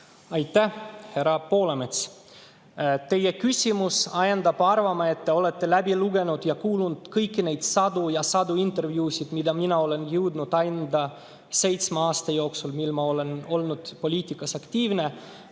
Aitäh, härra Poolamets! Teie küsimus ajendab arvama, et te olete läbi lugenud ja kuulanud kõiki neid sadu ja sadu intervjuusid, mida mina olen jõudnud anda seitsme aasta jooksul, mil ma olen olnud poliitikas aktiivne.